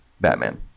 Batman